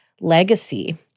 legacy